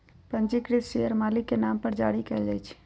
पंजीकृत शेयर मालिक के नाम पर जारी कयल जाइ छै